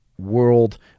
world